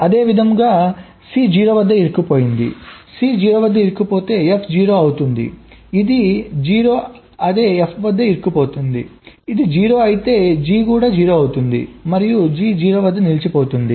అదేవిధంగా సి 0 వద్ద ఇరుక్కుంది C 0 వద్ద ఇరుక్కుపోతే F 0 అవుతుంది ఇవి 0 అదే F వద్ద ఇరుక్కుపోతాయి ఇది 0 అయితే G కూడా 0 అవుతుంది మరియు G 0 వద్ద నిలిచిపోతుంది